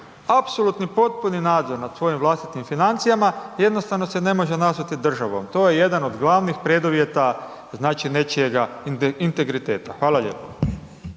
apsolutni potpuni nadzor nad svojim vlastitim financijama, jednostavno se ne može nazvati državom, to je jedan od glavnih preduvjeta nečijega integriteta. Hvala lijepo.